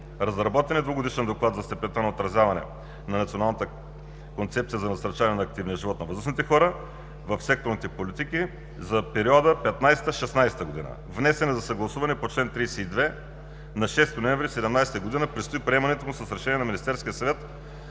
Разработен е двугодишен доклад за степента на отразяване на националната Концепция за насърчаване на активния живот на възрастните хора в секторните политики за периода 2015 – 2016 г. Внесен е за съгласуване по чл. 32 на 6 ноември 2017 г. Предстои приемането му с решение на Министерския съвет